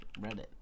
Reddit